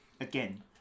again